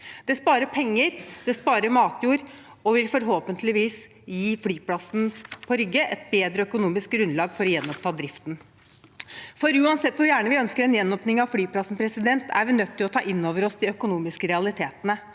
Det sparer penger, det sparer matjord og vil forhåpentligvis gi flyplassen på Rygge et bedre økonomisk grunnlag for å gjenoppta driften. For uansett hvor gjerne vi ønsker en gjenåpning av flyplassen, er vi nødt til å ta inn over oss de økonomiske realitetene.